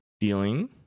dealing